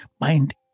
mind